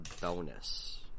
bonus